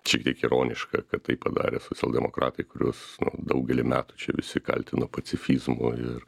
šiek tiek ironiška kad tai padarė socialdemokratai kuriuos daugelį metų čia visi kaltino pacifizmu ir